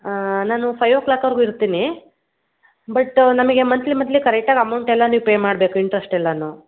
ಹಾಂ ನಾನು five o ಕ್ಲಾಕ್ವರೆಗೂ ಇರ್ತೀನಿ ಬಟ್ ನಮಗೆ ಮಂತ್ಲಿ ಮಂತ್ಲಿ ಕರೆಕ್ಟ್ ಆಗಿ ಅಮೌಂಟ್ ಎಲ್ಲ ನೀವು ಪೇ ಮಾಡಬೇಕು ಇಂಟ್ರೆಸ್ಟ್ ಎಲ್ಲವೂ